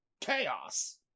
Chaos